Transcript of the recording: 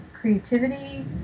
creativity